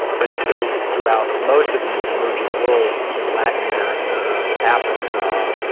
but if you go throughout most of the emerging world you know, latin america, africa